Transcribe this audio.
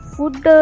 food